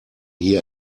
hier